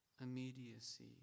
immediacy